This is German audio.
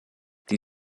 die